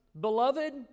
Beloved